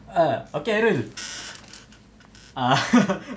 ah okay ah